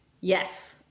Yes